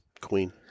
Queen